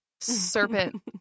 serpent